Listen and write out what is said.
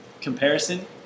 comparison